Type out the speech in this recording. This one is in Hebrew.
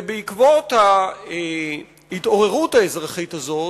בעקבות ההתעוררות האזרחית הזאת,